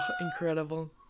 incredible